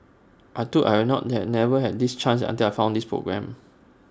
I thought I would not never have this chance until I found this programme